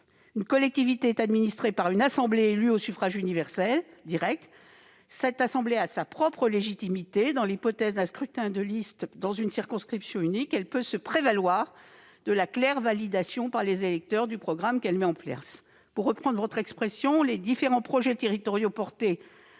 Une collectivité est administrée par une assemblée élue au suffrage universel direct. Cette assemblée a sa propre légitimité dans l'hypothèse d'un scrutin de liste dans une circonscription unique. Elle peut se prévaloir de la claire validation par les électeurs du programme qu'elle met en oeuvre. Pour reprendre votre expression, monsieur le sénateur, les différents projets territoriaux portés